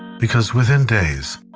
because within days,